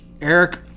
Eric